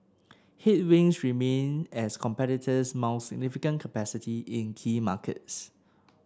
headwinds remain as competitors mount significant capacity in key markets